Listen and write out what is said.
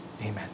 amen